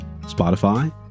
Spotify